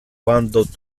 quando